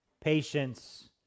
patience